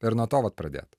ir nuo to vat pradėt